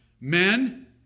men